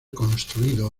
construido